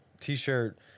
T-shirt